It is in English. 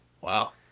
Wow